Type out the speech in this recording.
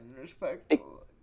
respectful